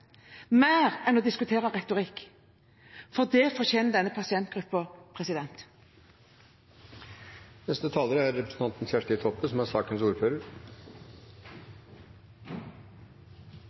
mer enn å diskutere retorikk, for det fortjener denne